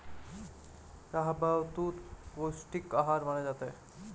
शाहबलूत पौस्टिक आहार माना जाता है